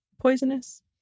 poisonous